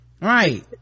Right